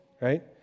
right